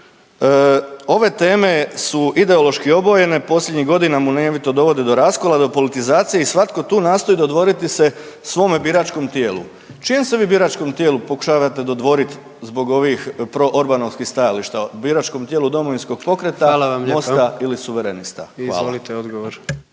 ove teme su ideološki obojene, posljednjih godina munjevito dovode do raskola, do politizacije i svatko tu nastoji dodvoriti se svome biračkom tijelu. Čijem se vi biračkom tijelu pokušavate dodvorit zbog ovih proorbanovskih stajališta, biračkom tijelu Domovinskog pokreta, Mosta ili suverenista? **Jandroković, Gordan